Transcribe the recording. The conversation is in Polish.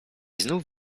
znów